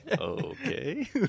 okay